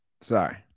Sorry